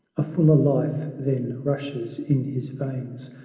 a fuller life than rushes in his veins,